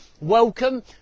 Welcome